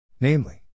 Namely